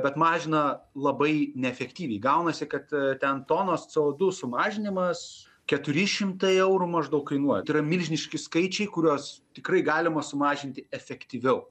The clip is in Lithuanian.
bet mažina labai neefektyviai gaunasi kad ten tonos c o du sumažinimas keturi šimtai eurų maždaug kainuoja tai yra milžiniški skaičiai kuriuos tikrai galima sumažinti efektyviau